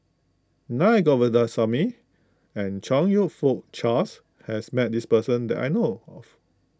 Naa Govindasamy and Chong You Fook Charles has met this person that I know of